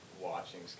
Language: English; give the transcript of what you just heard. watching